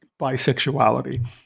bisexuality